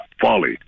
folly